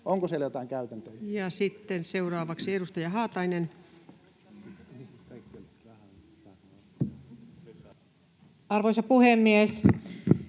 Onko siellä joitain käytäntöjä? Ja sitten seuraavaksi edustaja Haatainen. Arvoisa puhemies!